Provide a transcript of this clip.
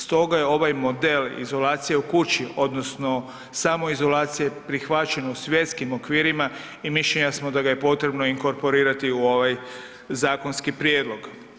Stoga je ovaj model izolacije u kući, odnosno samoizolacije prihvaćen u svjetskim okvirima i mišljenja smo da ga je potrebno inkorporirati u ovaj zakonski prijedlog.